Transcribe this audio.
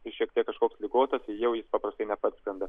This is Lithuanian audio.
ir šiek tiek kažkoks ligotas jau jis paprastai neparskrenda